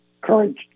current